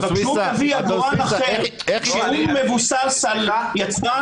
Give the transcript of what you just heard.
הוא יביא עגורן אחר שמבוסס על יצרן,